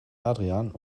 adrian